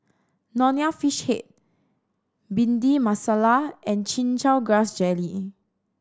Nonya Fish Head Bhindi Masala and Chin Chow Grass Jelly